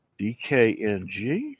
DKNG